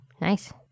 Nice